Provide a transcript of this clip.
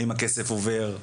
האם הכסף עובר?